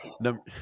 Number